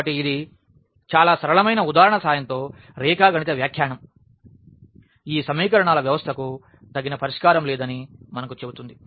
కాబట్టి ఇది చాలా సరళమైన ఉదాహరణ సహాయంతో రేఖాగణిత వ్యాఖ్యానం ఈ సమీకరణాల వ్యవస్థకు తగిన పరిష్కారం లేదని మనకు చెబుతుంది